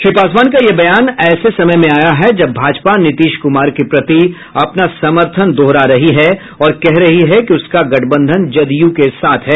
श्री पासवान का यह बयान ऐसे समय में आया है जब भाजपा नीतीश कुमार के प्रति अपना समर्थन दोहरा रही है और कह रही है कि उसका गठबंधन जदयू के साथ है